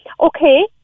Okay